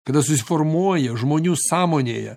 kada susiformuoja žmonių sąmonėje